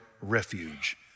refuge